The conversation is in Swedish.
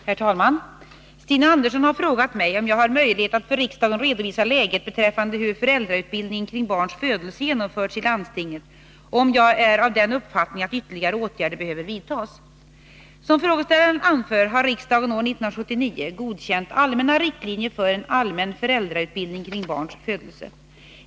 Herr talman! Stina Andersson har frågat mig om jag har möjlighet att för riksdagen redovisa hur föräldrautbildningen kring barns födelse genomförts i landstingen och om jag är av den uppfattningen att ytterligare åtgärder behöver vidtas. Som frågeställaren anför har riksdagen år 1979 godkänt allmänna riktlinjer för en allmän föräldrautbildning kring barns födelse.